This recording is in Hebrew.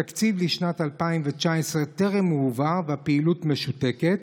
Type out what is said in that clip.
התקציב לשנת 2019 טרם הועבר והפעילות משותקת.